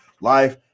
life